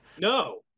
No